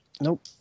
Nope